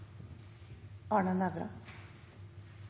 Arne Nævra